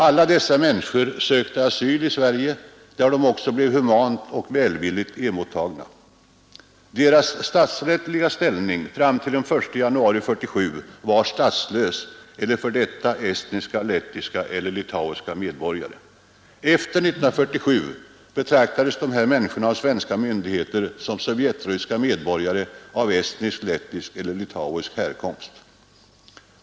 Alla dessa människor sökte asyl i Sverige, där de också blev humant och välvilligt mottagna. Deras statsrättsliga ställning fram till den 1 januari 1947 var statslös, eller f. d. estniska, lettiska eller litauiska medborgare. Efter 1947 betraktades dessa människor av svenska myndigheter såsom sovjetryska medborgare av estnisk, lettisk eller litauisk härkomst.